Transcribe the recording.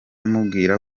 mubwira